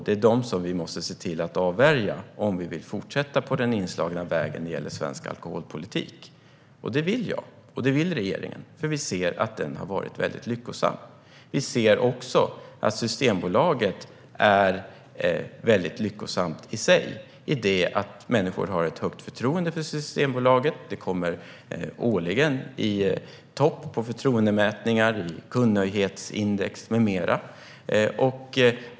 Det är dem som vi måste se till att avvärja om vi vill fortsätta på den inslagna vägen när det gäller svensk alkoholpolitik. Det vill jag och regeringen, för vi ser att den har varit väldigt lyckosam. Vi ser också att Systembolaget är väldigt lyckosamt i sig. Människor har ett högt förtroende för Systembolaget. Man kommer årligen i topp i förtroendemätningar, i kundnöjdhetsindex med mera.